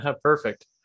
perfect